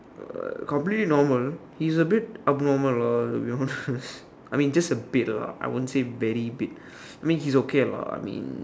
completely normal he's a bit abnormal lah to be honest I mean just a bit lah I won't say very bit I mean he's okay lah I mean